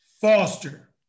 Foster